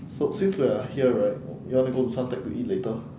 so since we're here right you want to go to suntec to eat later